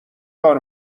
کار